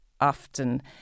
often